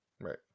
Right